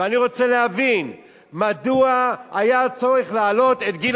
ואני רוצה להבין מדוע היה צורך להעלות את גיל